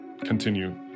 continue